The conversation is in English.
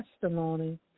testimony